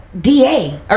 DA